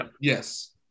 Yes